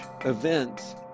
events